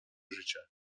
życia